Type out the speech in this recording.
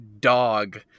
dog